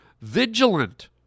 vigilant